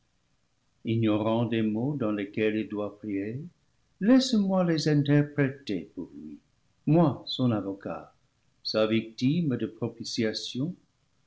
ignorant des mots dans lesquels il doit prier laisse-moi les interpréter pour lui moi son avocat sa victime de